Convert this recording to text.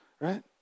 right